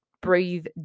breathe